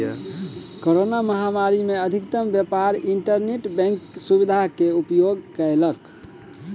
corona महामारी में अधिकतम व्यापार इंटरनेट बैंक सुविधा के उपयोग कयलक